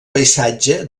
paisatge